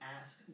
asked